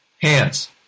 hands